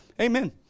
Amen